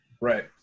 Right